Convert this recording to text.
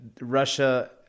Russia